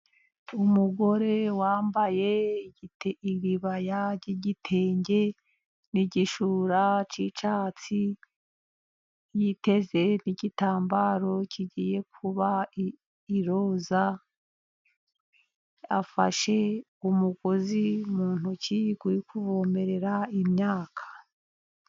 Umugore wambaye iribaya ry’igitenge n’igishura cy’icyatsi, yiteze igitambaro kigiye kuba iroza. Afashe umugozi mu ntoki uri kuvomerera imyaka.